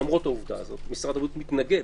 למרות זאת משרד הבריאות מתנגד